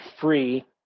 free